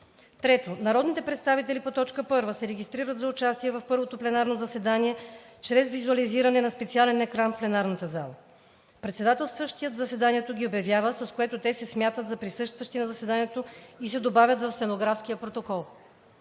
3. Народните представители по т. 1 се регистрират за участие в първото пленарно заседание чрез визуализиране на специален екран в пленарната зала. 4. Председателстващият заседанието ги обявява, с което те се смятат за присъстващи на заседанието, и се добавят в стенографския протокол.